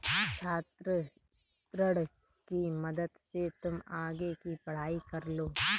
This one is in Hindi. छात्र ऋण की मदद से तुम आगे की पढ़ाई कर लो